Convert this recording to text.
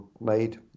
made